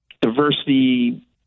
diversity